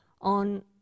on